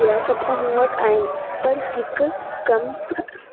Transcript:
ॿिया सभ त मूं वटि आहिनि पर हिकु कम